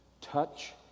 touch